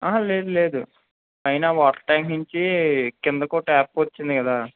లేదు లేదు పైన వాటర్ ట్యాంక్ నుంచి కిందకి ఒక ట్యాప్ వచ్చింది కదా